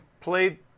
Played